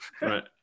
Right